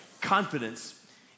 Confidence